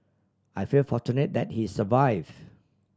I feel fortunate that he survive